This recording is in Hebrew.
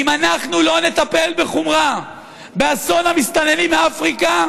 אם אנחנו לא נטפל בחומרה באסון המסתננים מאפריקה,